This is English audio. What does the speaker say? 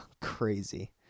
crazy